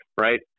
Right